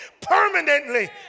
permanently